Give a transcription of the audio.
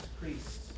priests